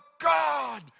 God